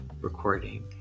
recording